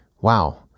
Wow